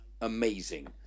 amazing